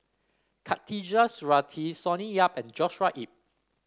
Khatijah Surattee Sonny Yap and Joshua Ip